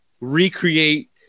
recreate